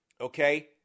okay